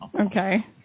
Okay